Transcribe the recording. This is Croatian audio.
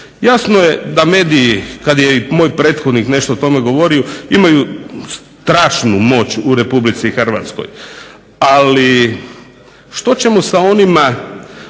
Jasno je da mediji kada je i moj prethodnih o tome nešto govorio imaju strašnu moć u RH ali što ćemo sa onima